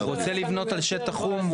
רוצה לבנות על שטח חום,